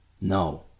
No